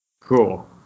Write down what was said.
Cool